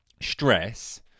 stress